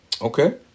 Okay